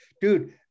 Dude